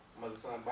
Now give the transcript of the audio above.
mother-son